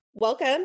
Welcome